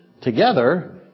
together